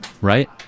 Right